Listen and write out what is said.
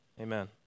amen